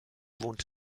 wohnt